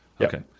Okay